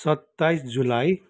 सत्ताइस जुलाई